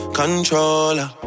controller